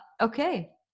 Okay